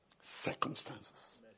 Circumstances